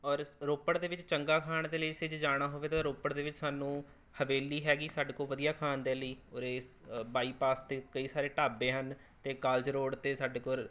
ਔਰ ਰੋਪੜ ਦੇ ਵਿੱਚ ਚੰਗਾ ਖਾਣ ਦੇ ਲਈ ਅਸੀਂ ਜੇ ਜਾਣਾ ਹੋਵੇ ਤਾਂ ਰੋਪੜ ਦੇ ਵਿੱਚ ਸਾਨੂੰ ਹਵੇਲੀ ਹੈਗੀ ਸਾਡੇ ਕੋਲ ਵਧੀਆ ਖਾਣ ਦੇ ਲਈ ਉਰੇ ਬਾਈਪਾਸ 'ਤੇ ਕਈ ਸਾਰੇ ਢਾਬੇ ਹਨ ਅਤੇ ਕਾਲਜ ਰੋਡ 'ਤੇ ਸਾਡੇ ਕੋਲ